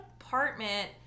apartment